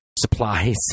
supplies